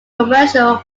commercial